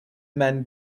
men